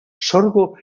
sorgo